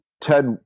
Ted